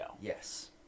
Yes